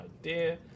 idea